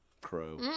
Crow